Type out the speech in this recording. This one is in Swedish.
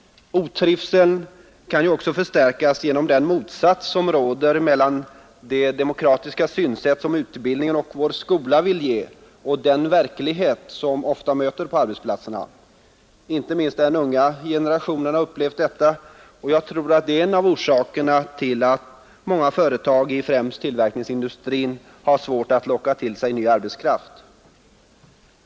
Otrivseln kan ju också förstärkas genom den motsats som råder mellan det demokratiska synsätt som utbildningen och vår skola vill ge och den verklighet som ofta möter på arbetsplatserna. Inte minst den unga generationen har upplevt detta, och jag tror att det är en av orsakerna till att många företag i främst tillverkningsindustrin har svårt att locka till sig ny arbetskraft.